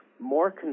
more